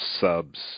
subs